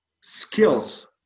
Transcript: skills